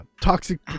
toxic